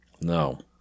No